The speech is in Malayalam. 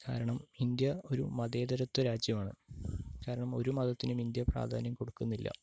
കാരണം ഇന്ത്യ ഒരു മതേതരത്വ രാജ്യമാണ് കാരണം ഒരു മതത്തിനും ഇന്ത്യ പ്രാധാന്യം കൊടുക്കുന്നില്ല